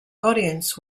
audience